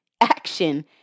action